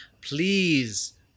please